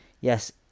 yes